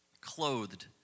Clothed